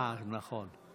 אה, נכון.